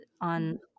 on